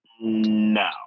No